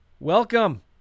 Welcome